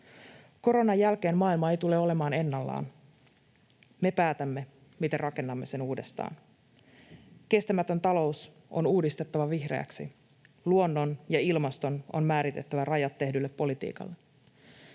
Koronan jälkeen maailma ei tule olemaan ennallaan. Me päätämme, miten rakennamme sen uudestaan. Kestämätön talous on uudistettava vihreäksi. Luonnon ja ilmaston on määritettävä rajat tehdylle politiikalle.